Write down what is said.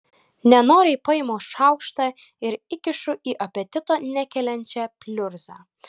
nenoriai paimu šaukštą ir įkišu į apetito nekeliančią pliurzą